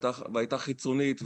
היא הייתה חיצונית,